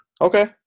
Okay